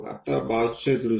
आता बाजूचे दृश्य